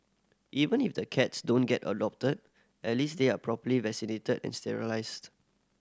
even if the cats don't get adopted at least they are properly vaccinated and sterilised